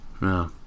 No